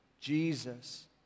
jesus